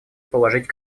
положить